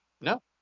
No